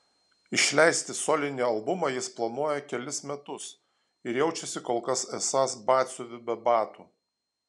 išleisti solinį albumą jis planuoja kelis metus ir jaučiasi kol kas esąs batsiuviu be batų